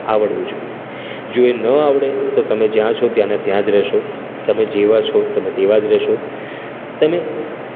આવડવું જોઈએ જો એ ન આવડે તો તમે જ્યાં છો ત્યાંના ત્યાં જ રહેશો તમે જેવા છો તમે તેવા જ રહેશો તમે